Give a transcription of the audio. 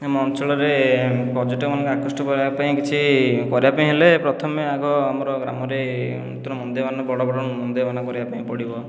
ଆମ ଅଞ୍ଚଳରେ ପର୍ଯ୍ୟଟକମାନଙ୍କୁ ଆକୃଷ୍ଟ କରିବା ପାଇଁ କିଛି କରିବା ପାଇଁ ହେଲେ ପ୍ରଥମେ ଆଗ ଆମର ଗ୍ରାମରେ ମନ୍ଦିରମାନ ବଡ଼ ବଡ଼ ମନ୍ଦିରମାନ କରିବା ପାଇଁ ପଡ଼ିବ